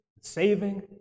saving